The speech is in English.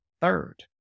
third